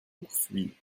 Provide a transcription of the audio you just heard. poursuis